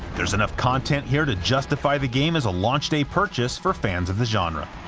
there's enough content here to justify the game as a launch day purchase for fans of the genre.